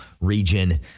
region